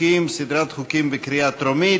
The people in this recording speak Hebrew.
סדרת חוקים לקריאה טרומית.